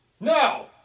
Now